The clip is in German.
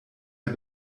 der